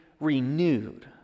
renewed